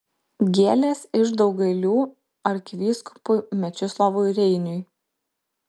gėlės iš daugailių arkivyskupui mečislovui reiniui